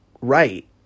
right